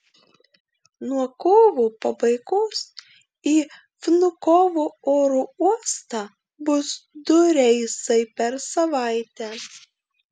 nuo kovo pabaigos į vnukovo oro uostą bus du reisai per savaitę